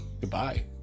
goodbye